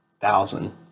thousand